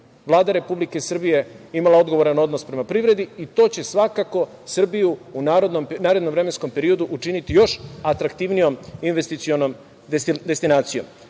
Vlada Republike Srbije imala je odgovoran odnos prema privredi, i to će svakako Srbiju u narednom vremenskom periodu učiniti još atraktivnijom investicionom destinacijom. Dakle,